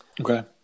Okay